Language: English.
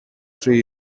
three